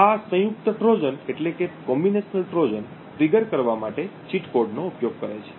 આ સંયુક્ત trojan trigger કરવા માટે ચીટ કોડનો ઉપયોગ કરે છે